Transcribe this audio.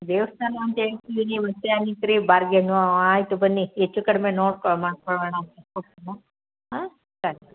ದೇವಸ್ಥಾನ ಅಂತ ಹೇಳ್ತಿದ್ದೀನಿ ಯಾಗಿದ್ರೆ ಬಾರ್ಗೇನು ಹ್ಞೂ ಆಯಿತು ಬನ್ನಿ ಹೆಚ್ಚು ಕಡಿಮೆ ನೋಡ್ಕೊ ಮಾಡ್ಕೊಳೋಣ ಓಕೆನ ಹಾಂ ಸರಿ